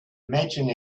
imagine